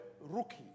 rookie